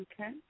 Okay